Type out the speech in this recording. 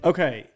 Okay